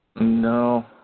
no